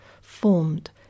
formed